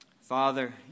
Father